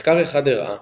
מחקר אחד הראה